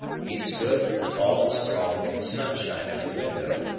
he stood, tall and strong, in the sunshine at the window,